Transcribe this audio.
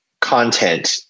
content